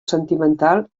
sentimental